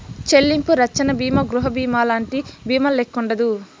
చెల్లింపు రచ్చన బీమా గృహబీమాలంటి బీమాల్లెక్కుండదు